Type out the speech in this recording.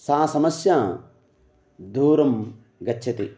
सा समस्या दूरं गच्छति